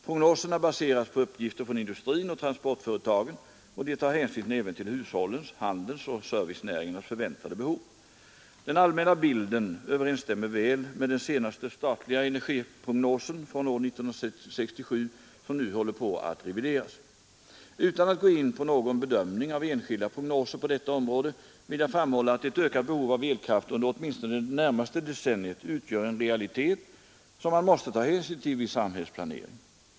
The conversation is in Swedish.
Prognoserna baseras på uppgifter från industrin och transportföretagen, och de tar hänsyn även till hushållens, handelns och servicenäringarnas förväntade behov. Den allmänna bilden överensstämmer väl med den senaste statliga energiprognosen från år 1967, som nu håller på att revideras. Utan att gå in på någon bedömning av enskilda prognoser på detta område vill jag framhålla att ett ökat behov av elkraft under åtminstone det närmaste decenniet utgör en realitet, som man måste ta hänsyn till vid samhällsplaneringen.